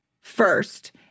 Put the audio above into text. first